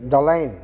ದಲೈನ್